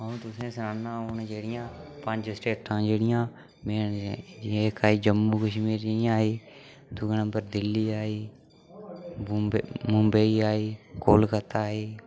अऊं तुसें सनाना हून जेह्ड़ियां पंज स्टेटां जेह्ड़ियां में जियां इक आई जम्मू कश्मीर आई दुए नंबर दिल्ली आई बुम्बे मुंबई आई कोलकाता आई